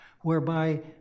whereby